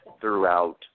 throughout